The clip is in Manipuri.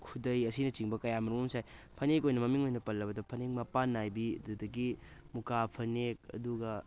ꯈꯨꯗꯩ ꯑꯁꯤꯅꯆꯤꯡꯕ ꯀꯌꯥ ꯃꯔꯨꯝ ꯑꯃ ꯁꯥꯏ ꯐꯅꯦꯛ ꯑꯣꯏꯅ ꯃꯃꯤꯡ ꯑꯣꯏꯅ ꯄꯜꯂꯕꯗ ꯐꯅꯦꯛ ꯃꯄꯥꯟ ꯅꯥꯏꯕꯤ ꯑꯗꯨꯗꯒꯤ ꯃꯨꯀꯥ ꯐꯅꯦꯛ ꯑꯗꯨꯒ